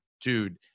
dude